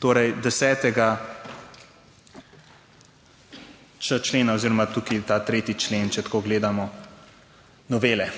torej 10.č člena oziroma tukaj je ta 3. člen, če tako gledamo, novele.